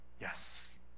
Yes